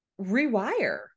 rewire